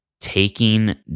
taking